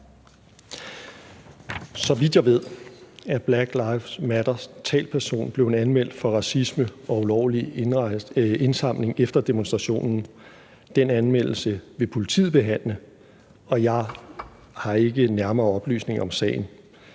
Så vidt jeg ved, er Black Lives Matters talsperson blevet anmeldt for racisme og ulovlig indsamling efter demonstrationen. Den anmeldelse vil politiet behandle, og jeg har ikke nærmere oplysninger om sagen.